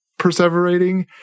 perseverating